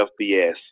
FBS